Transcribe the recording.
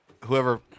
whoever